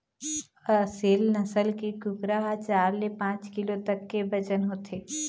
असेल नसल के कुकरा ह चार ले पाँच किलो तक के बजन होथे